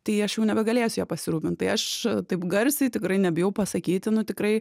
tai aš jau nebegalėsiu ja pasirūpint tai aš taip garsiai tikrai nebijau pasakyti nu tikrai